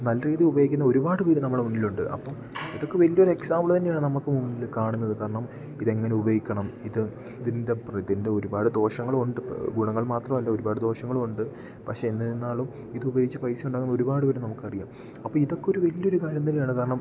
നല്ല രീതി ഉപയോഗിക്കുന്ന ഒരുപാട് പേര് നമ്മളെ മുന്നിലുണ്ട് അപ്പം ഇതൊക്കെ വലിയ ഒരു എക്സാമ്പിള് തന്നെയാണ് നമ്മൾക്ക് മുമ്പിൽ കാണുന്നത് കാരണം ഇതെങ്ങനെ ഉപയോഗിക്കണം ഇത് ഇതിൻ്റെ ഇതിൻ്റെ ഒരുപാട് ദോഷങ്ങളൂണ്ട് ഇപ്പം ഗുണങ്ങൾ മാത്രമല്ല ഒരുപാട് ദോഷങ്ങളൂമുണ്ട് പക്ഷെ എന്നിരുന്നാലും ഇത് ഉപയോഗിച്ചു പൈസ ഉണ്ടാകുന്ന ഒരുപാട് പേര് നമുക്ക് അറിയാം അപ്പം ഇതൊക്കെ ഒരു വലിയ ഒരു കാര്യം തന്നെയാണ് കാരണം